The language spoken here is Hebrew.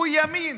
הוא ימין